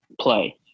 play